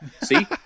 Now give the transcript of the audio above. See